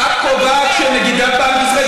את קובעת שנגידת בנק ישראל,